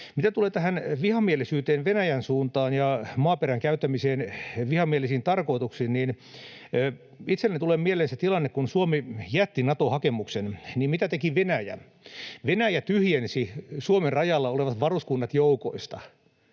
Mitä tulee tähän vihamielisyyteen Venäjän suuntaan ja maaperän käyttämiseen vihamielisiin tarkoituksiin, niin itselleni tulee mieleen se tilanne, kun Suomi jätti Nato-hakemuksen. Mitä teki Venäjä? Venäjä tyhjensi Suomen rajalla olevat varuskunnat joukoista.